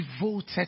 devoted